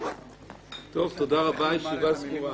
הישיבה סגורה.